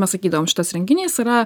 mes sakydavom šitas renginys yra